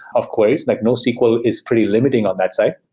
of course, like nosql is pretty limiting on that side.